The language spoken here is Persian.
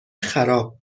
خراب